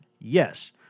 yes